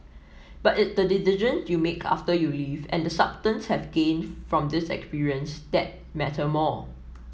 but its the decision you make after you leave and the substance have gained from this experience that matter more